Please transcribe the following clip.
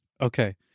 okay